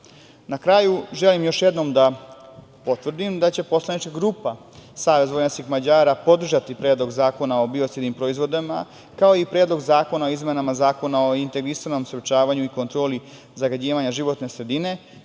kraju, želim još jednom da potvrdim da će poslanička grupa Savez vojvođanskih Mađara podržati Predlog zakona o biocidnim proizvodima, kao i Predlog zakona o izmenama Zakona o integrisanom sprečavanju i kontroli zagađivanja životne sredine,